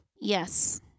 Yes